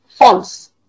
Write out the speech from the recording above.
false